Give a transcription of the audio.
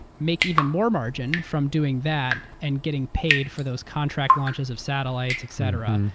make even more margin from doing that and getting paid for those contract launches of satellites et cetera.